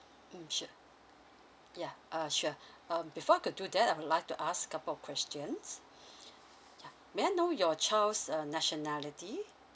mmhmm sure yeah uh sure um before I could do that I'd like to ask couple of questions yeah may I know your child's uh nationality